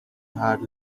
had